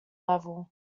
level